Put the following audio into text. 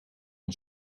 een